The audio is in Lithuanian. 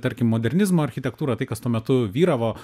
tarkim modernizmo architektūra tai kas tuo metu vyravo